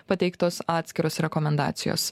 pateiktos atskiros rekomendacijos